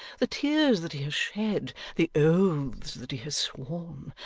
the tears that he has shed, the oaths that he has sworn,